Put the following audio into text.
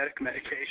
medication